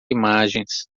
imagens